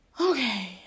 Okay